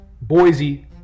Boise